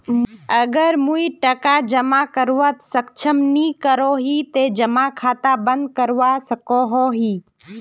अगर मुई टका जमा करवात सक्षम नी करोही ते जमा खाता बंद करवा सकोहो ही?